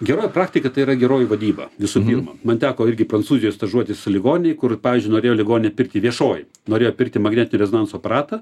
geroji praktika tai yra geroji vadyba visų pirma man teko irgi prancūzijoj stažuotis ligoninėj kur pavyzdžiui norėjo ligoninė pirkti viešoji norėjo pirkti magnetinio rezonanso aparatą